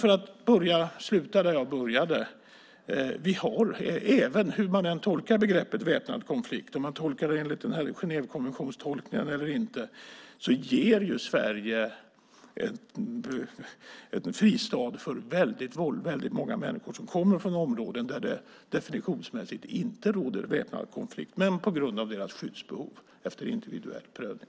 För att sluta där jag började: Hur man än tolkar begreppet väpnad konflikt - enligt Genèvekonventionstolkningen eller inte - ger Sverige en fristad för många människor som kommer från områden där det definitionsmässigt inte råder väpnad konflikt. De får ändå en fristad på grund av sitt skyddsbehov efter individuell prövning.